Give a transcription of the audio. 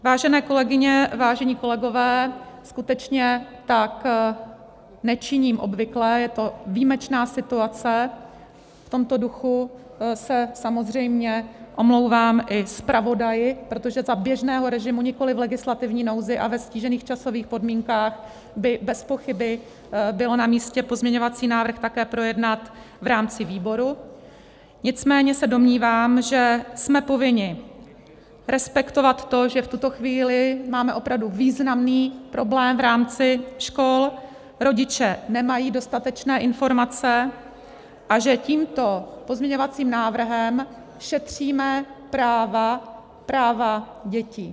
Vážené kolegyně, vážení kolegové, skutečně tak nečiním obvykle, je to výjimečná situace, v tomto duchu se samozřejmě omlouvám i zpravodaji, protože za běžného režimu, nikoliv v legislativní nouzi a ve ztížených časových podmínkách, by bezpochyby bylo namístě pozměňovací návrh také projednat v rámci výboru, nicméně se domnívám, že jsme povinni respektovat to, že v tuto chvíli máme opravdu významný problém v rámci škol, rodiče nemají dostatečné informace a že tímto pozměňovacím návrhem šetříme práva dětí.